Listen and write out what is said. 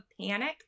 panic